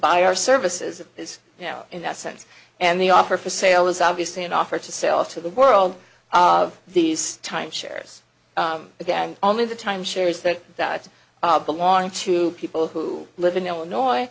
buy our services is you know in that sense and the offer for sale is obvious an offer to sell to the world of these time shares again only the time shares that that belong to people who live in illinois